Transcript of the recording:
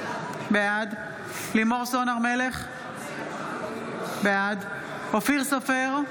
בעד לימור סון הר מלך, בעד אופיר סופר,